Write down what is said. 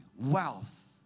Wealth